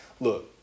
look